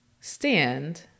stand